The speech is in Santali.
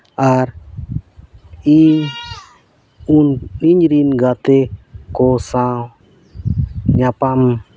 ᱟᱨ ᱤᱧ ᱤᱧ ᱤᱧ ᱨᱮᱱ ᱜᱟᱛᱮ ᱠᱚ ᱥᱟᱶ ᱧᱟᱯᱟᱢ